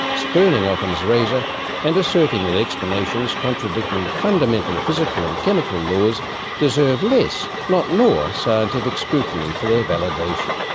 spurning ockham's razor and asserting that explanations contradicting fundamental physical and chemical laws deserve less, not more scientific scrutiny for their validation.